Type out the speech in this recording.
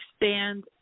expand